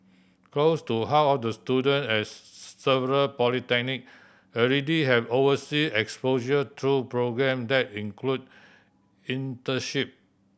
close to half of the students at several polytechnic already have oversea exposure through program that include internship